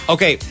Okay